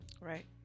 right